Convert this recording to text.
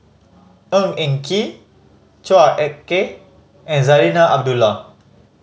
Ng Eng Kee Chua Ek Kay and Zarinah Abdullah